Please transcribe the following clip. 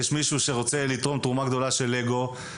יש מישהו שרוצה לתרום תרומה גדולה של לגו.